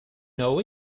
know